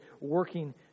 working